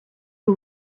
who